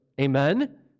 amen